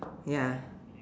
ya